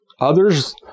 Others